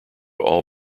all